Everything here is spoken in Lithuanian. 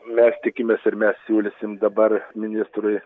mes tikimės ir mes siūlysim dabar ministrui